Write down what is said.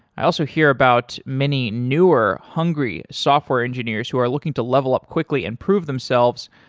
i also hear about many newer hungry software engineers who are looking to level up quickly and prove themselves,